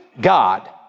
God